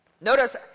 notice